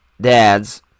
dads